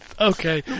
Okay